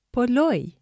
Poloi